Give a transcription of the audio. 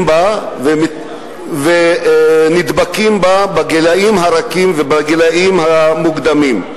בה ונדבקים בה בגילים הרכים ובגילים המוקדמים.